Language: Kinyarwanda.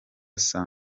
saa